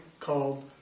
called